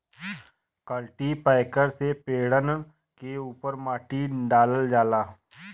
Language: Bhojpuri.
कल्टीपैकर से पेड़न के उपर माटी डालल जाला